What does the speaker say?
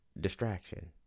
distraction